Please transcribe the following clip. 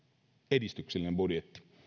edistyksellinen budjetti